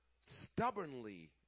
stubbornly